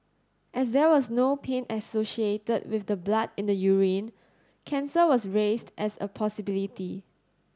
as there was no pain associated with the blood in the urine cancer was raised as a possibility